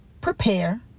prepare